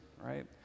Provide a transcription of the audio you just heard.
right